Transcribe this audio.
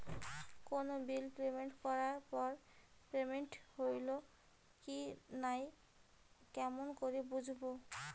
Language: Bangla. কোনো বিল পেমেন্ট করার পর পেমেন্ট হইল কি নাই কেমন করি বুঝবো?